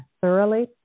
thoroughly